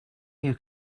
you